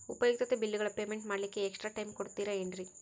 ಉಪಯುಕ್ತತೆ ಬಿಲ್ಲುಗಳ ಪೇಮೆಂಟ್ ಮಾಡ್ಲಿಕ್ಕೆ ಎಕ್ಸ್ಟ್ರಾ ಟೈಮ್ ಕೊಡ್ತೇರಾ ಏನ್ರಿ?